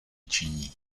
činí